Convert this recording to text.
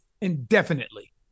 indefinitely